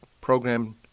program